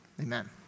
amen